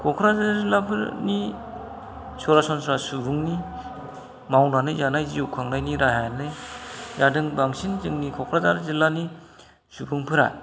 क'क्राझार जिल्लाफोरनि सरासनस्रा सुबुंनि मावनानै जानाय जिउखांनायनि राहायानो जादों बांसिन जोंनि क'क्राझार जिल्लानि सुबुंफोरा